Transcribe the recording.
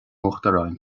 uachtaráin